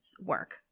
work